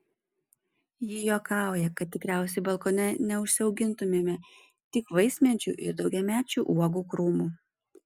ji juokauja kad tikriausiai balkone neužsiaugintumėme tik vaismedžių ir daugiamečių uogų krūmų